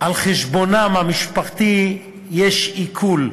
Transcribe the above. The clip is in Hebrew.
על חשבונם המשפחתי יש עיקול,